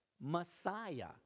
Messiah